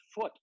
foot